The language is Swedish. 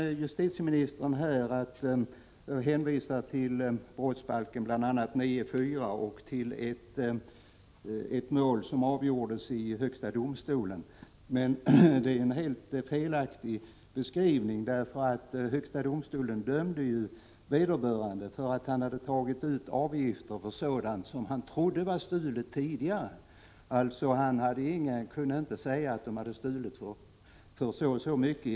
Justitieministern hänvisade till bl.a. brottsbalken 9:4 och till ett mål som avgjorts i högsta domstolen. Det är emellertid en helt felaktig beskrivning. Högsta domstolen dömde vederbörande för att han hade tagit ut avgifter för sådant som han trodde var stulet tidigare. Han kunde alltså inte säga att snattarna hade stulit för så och så mycket.